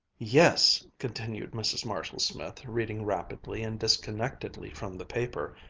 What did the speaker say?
yes, continued mrs. marshall-smith, reading rapidly and disconnectedly from the paper,